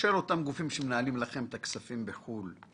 באשר לאותם גופים שמנהלים לכם את הכספים בחו"ל,